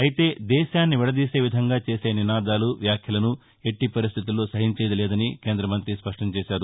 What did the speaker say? అయితే దేశాన్ని విదదీసే విధంగా చేసే నినాదాలు వ్యాఖ్యలను ఎట్టి పరిస్థితుల్లో సహించేది లేదని కేంద మంతి స్పష్టం చేశారు